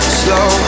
slow